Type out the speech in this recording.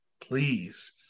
Please